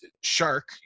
shark